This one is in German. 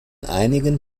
einigen